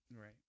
Right